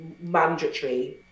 mandatory